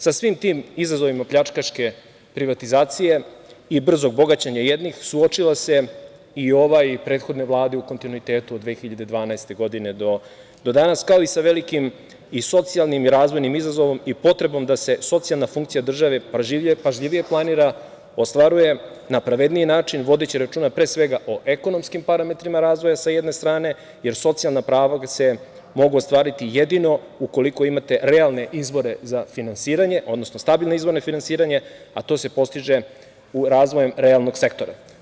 Sa svim tim izazovima pljačkaške privatizacije i brzog bogaćenja jednih, suočila se i ova i prethodne vlade u kontinuitetu od 2012. godine do danas, kao i sa velikim socijalnim i razvojnim izazovom i potrebom da se socijalna funkcija države pažljivije planira, ostvaruje na pravedniji način, vodeći računa pre svega o ekonomskim parametrima razvoja, sa jedne strane, jer socijalna prava se mogu ostvariti jedino ukoliko imate realne izvore za finansiranje, odnosno stabilne izvore finansiranja, a to se postiže razvojem realnog sektora.